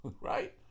right